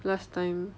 last time